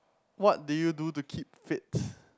what do you do to keep fit